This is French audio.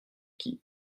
qui